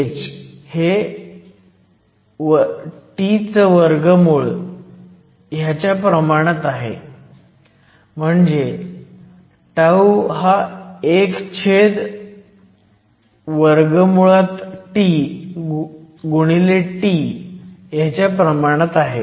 Vth हे T च्या प्रमाणात आहे म्हणजे τ हा 1 छेद TxT च्या प्रमाणात आहे